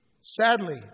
Sadly